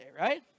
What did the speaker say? right